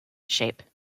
shape